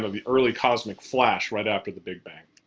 ah the early cosmic flash right after the big bang.